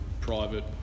private